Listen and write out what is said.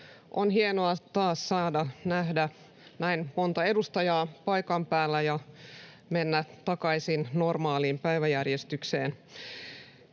On hienoa taas saada nähdä näin monta edustajaa paikan päällä ja mennä takaisin normaaliin päiväjärjestykseen.